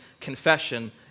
confession